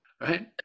Right